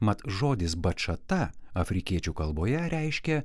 mat žodis bačata afrikiečių kalboje reiškia